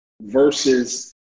versus